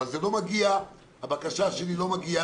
אבל הבקשה שלי לא מגיעה,